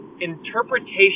interpretation